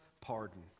pardon